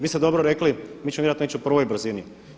Vi ste dobro rekli mi ćemo vjerojatno ići u prvoj brzini.